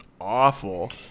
awful